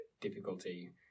difficulty